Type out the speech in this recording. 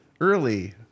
early